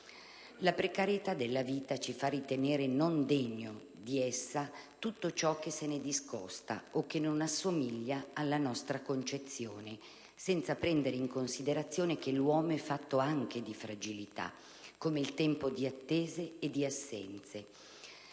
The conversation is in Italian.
La precarietà della vita ci fa ritenere non degno di essa tutto ciò che se ne discosta o che non assomiglia alla nostra concezione, senza prendere in considerazione che l'uomo è fatto anche di fragilità, come il tempo di attese e di assenze.